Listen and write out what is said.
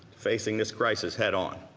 facing this crisis head on.